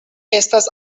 estas